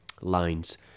lines